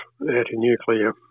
anti-nuclear